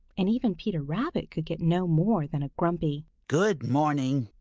and even peter rabbit could get no more than a grumpy good morning.